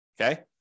Okay